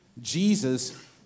Jesus